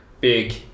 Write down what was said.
big